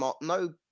no